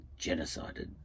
genocided